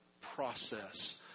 process